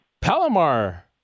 Palomar